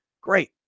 Great